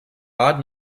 odd